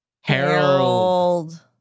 harold